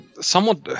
somewhat